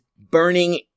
burning